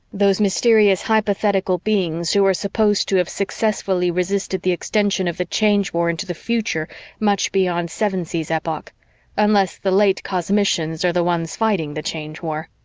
those mysterious hypothetical beings who are supposed to have successfully resisted the extension of the change war into the future much beyond sevensee's epoch unless the late cosmicians are the ones fighting the change war.